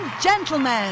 Gentlemen